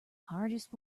hardest